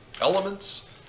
elements